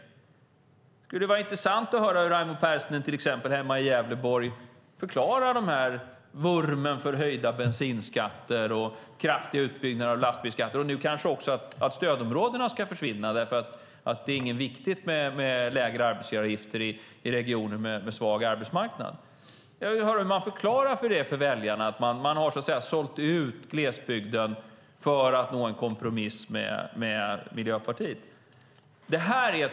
Det skulle vara intressant att höra hur Raimo Pärssinen hemma i Gävleborg förklarar vurmen för höjda bensinskatter, kraftig utbyggnad av lastbilsskatten och att stödområdena kanske ska försvinna för att det inte är viktigt med lägre arbetsgivaravgifter i regioner med svag arbetsmarknad. Jag vill höra hur man förklarar för väljarna att man så att säga har sålt ut glesbygden för att nå en kompromiss med Miljöpartiet.